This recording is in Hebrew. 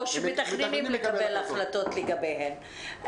או שמתכננים לקבל החלטות לגביהן.